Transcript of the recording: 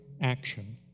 action